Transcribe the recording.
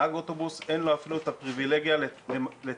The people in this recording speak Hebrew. לנהג אוטובוס אין אפילו את הפריבילגיה לסגור